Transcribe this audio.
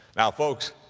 now folks,